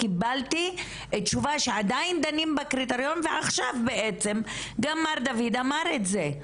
קיבלתי תשובה שעדיין דנים בקריטריון ועכשיו בעצם גם מר דוד אמר את זה,